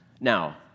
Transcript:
Now